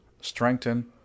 strengthen